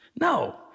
No